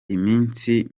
iminsi